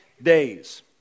days